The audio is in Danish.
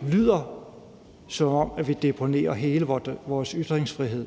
lyder, som om vi deponerer hele vores ytringsfrihed